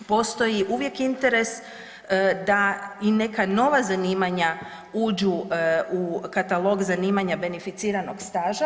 Postoji uvijek interes da i neka nova zanimanja uđu u katalog zanimanja beneficiranog staža.